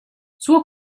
suo